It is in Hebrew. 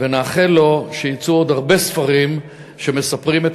ונאחל לו שיצאו עוד הרבה ספרים שמספרים את